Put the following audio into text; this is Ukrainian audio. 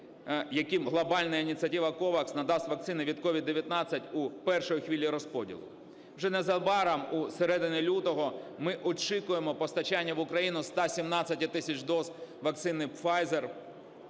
яким глобальна ініціатива COVAX надасть вакцини від COVID-19 у першій хвилі розподілу. Вже незабаром у середині лютого ми очікуємо постачання в Україну 117 тисяч доз вакцини Pfizer